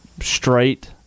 straight